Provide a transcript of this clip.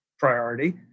priority